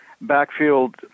backfield